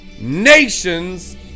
nations